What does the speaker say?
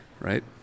right